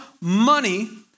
money